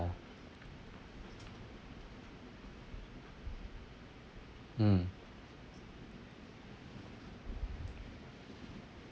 ya hmm